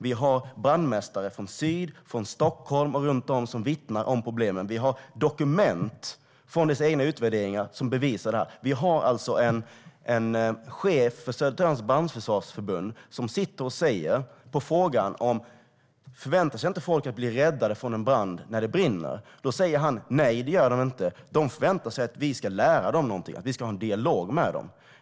Vi har brandmästare från syd, Stockholm och runt om som vittnar om problemen. Vi har dokument från deras egna utvärderingar som bevisar det. Vi har en chef för Södertörns brandförsvarsförbund som får frågan: Förväntar sig inte folk att bli räddade från en brand när det brinner? Han säger: Nej, det gör de inte. De förväntar sig att vi ska lära dem någonting, att vi ska ha en dialog med dem.